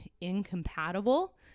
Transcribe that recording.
incompatible